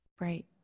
Right